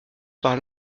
par